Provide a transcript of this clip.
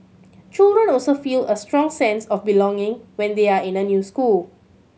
children also feel a strong sense of belonging when they are in the new school